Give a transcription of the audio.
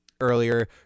earlier